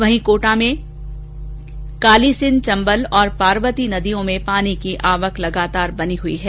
वहीं कोटा में कालीसिंघ चम्बल और पार्वती नदियों में पानी की आवक लगातार बनी हुई है